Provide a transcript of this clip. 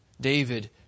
David